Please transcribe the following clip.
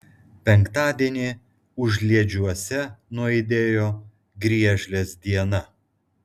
penktadienį užliedžiuose nuaidėjo griežlės diena